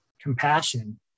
compassion